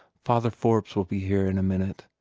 father forbes will be here in a minute.